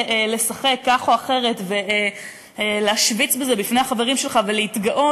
לשחק כך או אחרת ולהשוויץ בזה בפני החברים שלך ולהתגאות.